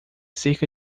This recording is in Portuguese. cerca